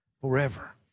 forever